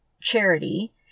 Charity